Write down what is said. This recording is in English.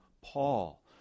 Paul